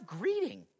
greeting